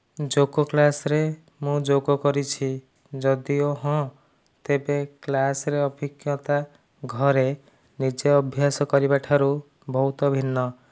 ଯୋଗ କ୍ଲାସରେ ମୁଁ ଯୋଗ କରିଛି ଯଦିଓ ହଁ ତେବେ କ୍ଲାସରେ ଅଭିଜ୍ଞତା ଘରେ ନିଜେ ଅଭ୍ୟାସ କରିବା ଠାରୁ ବହୁତ ଭିନ୍ନ